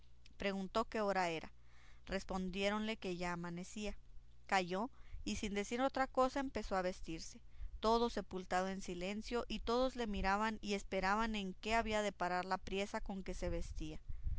preguntó qué hora era respondiéronle que ya amanecía calló y sin decir otra cosa comenzó a vestirse todo sepultado en silencio y todos le miraban y esperaban en qué había de parar la priesa con que se vestía